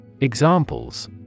Examples